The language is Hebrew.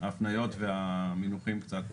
אין גוף אחד שהוא לא מסחרי ואתם משאירים את זה ככה.